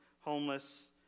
homeless